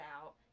out